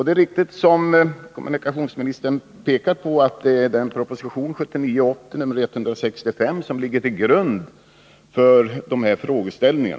Det är riktigt, som kommunikationsministern pekar på, att det är proposition 1979/80:165 som ligger till grund för dessa frågeställningar.